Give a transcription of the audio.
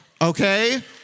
Okay